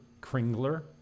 Kringler